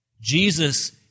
Jesus